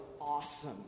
awesome